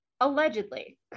Allegedly